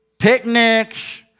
picnics